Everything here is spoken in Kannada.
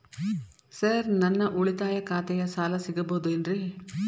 ಸರ್ ನನ್ನ ಉಳಿತಾಯ ಖಾತೆಯ ಸಾಲ ಸಿಗಬಹುದೇನ್ರಿ?